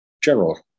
general